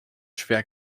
schwer